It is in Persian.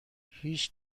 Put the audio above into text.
هیچ